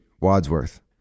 Wadsworth